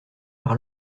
par